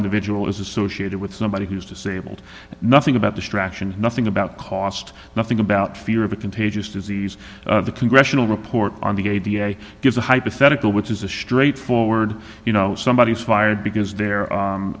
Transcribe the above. individual is associated with somebody who's disabled nothing about distraction nothing about cost nothing about fear of a contagious disease the congressional report on the a b a gives a hypothetical which is a straightforward you know somebody is fired because the